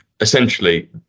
Essentially